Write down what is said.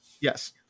Yes